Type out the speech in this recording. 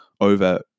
over